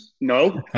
no